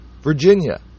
Virginia